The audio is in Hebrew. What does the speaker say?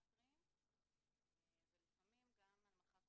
פסיכיאטריים ולפעמים גם הנמכה קוגניטיבית.